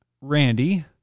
Randy